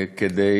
כדי